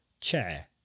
Chair